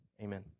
Amen